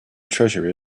treasure